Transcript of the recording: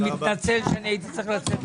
מתנצל שהייתי צריך לצאת.